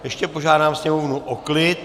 Ještě požádám sněmovnu o klid.